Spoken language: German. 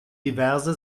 diverse